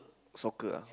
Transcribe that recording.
soccer ah